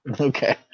Okay